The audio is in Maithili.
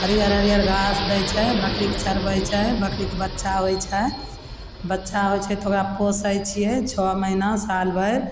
हरिअर हरिअर घास दै छै बकरीके चरबै छै बकरीके बच्चा होइ छै बच्चा होइ छै तऽ ओकरा पोसै छिए छओ महिना सालभरि